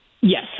Yes